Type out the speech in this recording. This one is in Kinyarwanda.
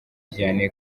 vianney